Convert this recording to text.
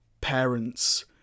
parents